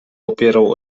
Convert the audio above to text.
opierał